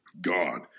God